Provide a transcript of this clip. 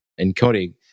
encoding